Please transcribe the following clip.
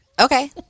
Okay